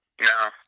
No